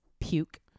puke